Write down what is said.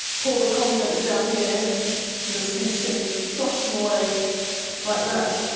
pour the contents down here in the sluice sink, flush them away like that.